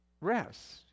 Rest